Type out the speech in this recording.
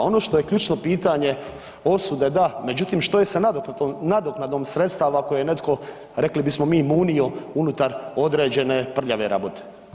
Ono što je ključno pitanje osude da, međutim što je sa nadoknadom sredstava koje je netko rekli bismo mi munio unutar određene prljave rabote.